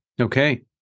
Okay